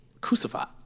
crucified